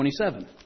27